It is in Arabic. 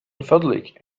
فضلك